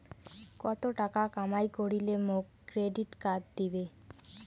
কত টাকা কামাই করিলে মোক ক্রেডিট কার্ড দিবে?